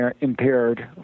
impaired